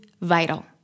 vital